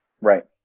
Right